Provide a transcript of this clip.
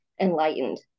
enlightened